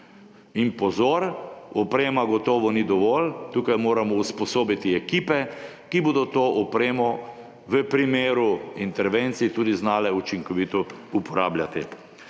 In pozor, oprema gotovo ni dovolj, tukaj moramo usposobiti ekipe, ki bodo to opremo v primeru intervencij tudi znale učinkovito uporabljati.